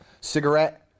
Cigarette